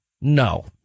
no